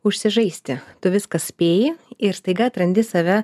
užsižaisti tu viską spėji ir staiga atrandi save